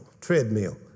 treadmill